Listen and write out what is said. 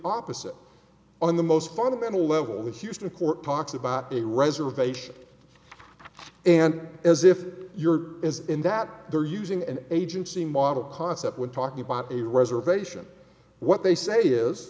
opposite on the most fundamental level the houston court talks about a reservation and as if you're in that they're using an agency model concept when talking about a reservation what they say is